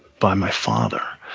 by my father.